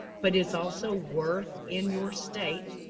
but it's also worth in your state,